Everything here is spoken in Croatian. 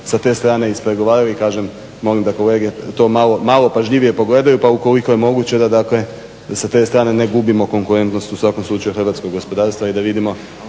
sa te strane ispregovarali, kažem molim da kolege to malo pažljivije pogledaju pa ukoliko je moguće da dakle da sa te strane ne gubimo konkurentnost u svakom slučaju hrvatskog gospodarstva i da vidimo